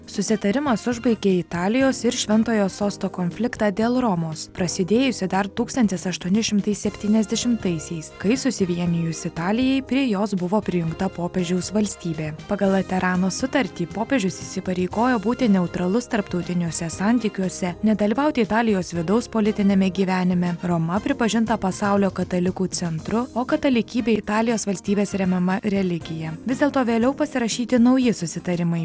susitarimas užbaigė italijos ir šventojo sosto konfliktą dėl romos prasidėjusį dar tūkstantis aštuoni šimtai septyniasdešimtaisiais kai susivienijus italijai prie jos buvo prijungta popiežiaus valstybė pagal laterano sutartį popiežius įsipareigojo būti neutralus tarptautiniuose santykiuose nedalyvauti italijos vidaus politiniame gyvenime roma pripažinta pasaulio katalikų centru o katalikybė italijos valstybės remiama religija vis dėlto vėliau pasirašyti nauji susitarimai